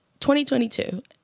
2022